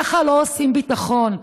ככה לא עושים ביטחון.